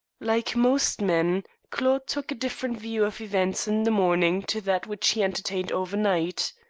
like most men, claude took a different view of events in the morning to that which he entertained over night.